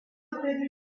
amsterdam